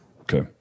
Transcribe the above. okay